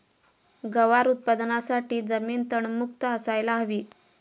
गवार उत्पादनासाठी जमीन तणमुक्त असायला हवी